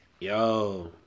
Yo